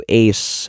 ace